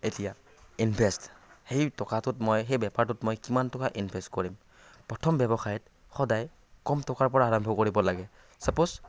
এতিয়া ইন্ভেষ্ট সেই টকাটোত মই সেই বেপাৰটোত মই কিমান টকা ইনভেষ্ট কৰিম প্ৰথম ব্যৱসায়ত সদায় কম টকাৰ পৰা আৰম্ভ কৰিব লাগে চাপ'জ